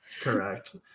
correct